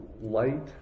light